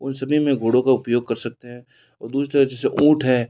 उन सभी में घोड़ों का उपयोग कर सकते हैं और दूसरा जैसे ऊँट है